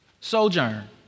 sojourn